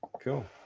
Cool